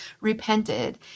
repented